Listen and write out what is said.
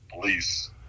Police